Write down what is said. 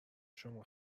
شما